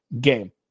game